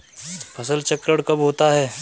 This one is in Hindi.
फसल चक्रण कब होता है?